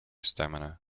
stamina